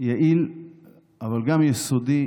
יעיל אבל גם יסודי,